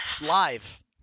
live